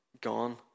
gone